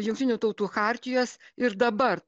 jungtinių tautų chartijos ir dabar